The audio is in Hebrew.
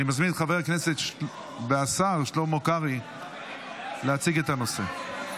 אני מזמין את חבר הכנסת והשר שלמה קרעי להציג את הנושא.